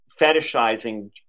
fetishizing